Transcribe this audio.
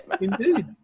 Indeed